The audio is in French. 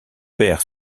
père